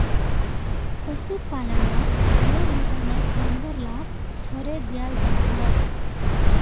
पशुपाल्नोत खुला मैदानोत जानवर लाक छोड़े दियाल जाहा